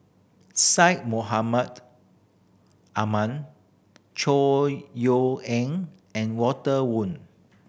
Syed Mohamed Ahmed Chor Yeok Eng and Walter Woon